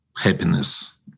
happiness